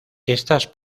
estas